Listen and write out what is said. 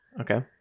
Okay